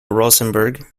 rosenborg